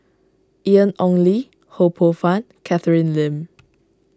Ian Ong Li Ho Poh Fun Catherine Lim